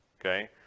Okay